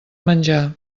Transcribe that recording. menjar